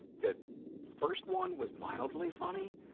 the first one was mildly funny,